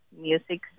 music